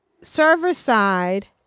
server-side